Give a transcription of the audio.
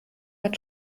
hat